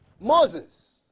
Moses